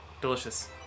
Delicious